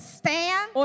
stand